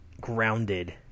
grounded